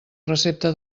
recepta